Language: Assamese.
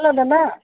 হেল্ল' দাদা